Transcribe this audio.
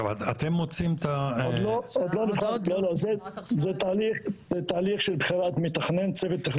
זה תהליך של בחירת צוות תכנון.